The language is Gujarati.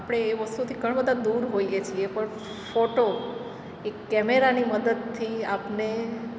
આપણે એ વસ્તુથી ઘણા બધા દૂર હોઈએ છીએ પણ ફોટો એક કેમેરાની મદદથી આપણે